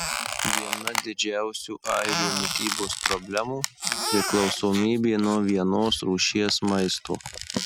viena didžiausių airių mitybos problemų priklausomybė nuo vienos rūšies maisto